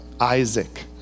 Isaac